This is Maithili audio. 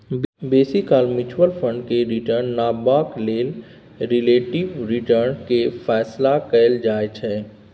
बेसी काल म्युचुअल फंड केर रिटर्न नापबाक लेल रिलेटिब रिटर्न केर फैसला कएल जाइ छै